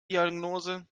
diagnose